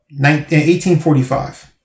1845